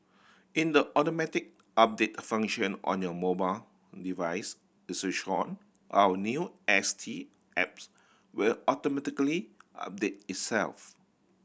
in the automatic update function on your mobile device is switched on our new S T apps will automatically update itself